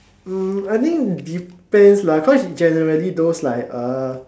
mm I think depends cause like in generally those like uh